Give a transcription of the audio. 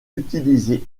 utiliser